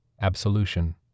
absolution